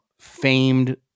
famed